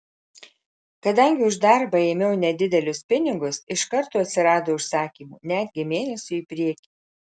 kadangi už darbą ėmiau nedidelius pinigus iš karto atsirado užsakymų netgi mėnesiui į priekį